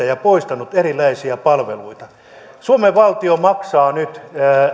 ja poistanut erinäisiä palveluita suomen valtio maksaa nyt